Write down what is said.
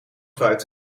fruit